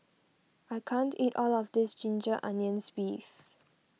I can't eat all of this Ginger Onions Beef